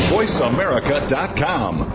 VoiceAmerica.com